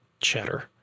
cheddar